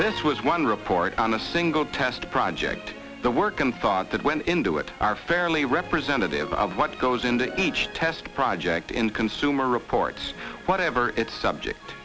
this was one report on a single test project the work and thought that went into it are fairly representative of what goes into each test project in consumer reports whatever its subject